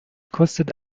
kostet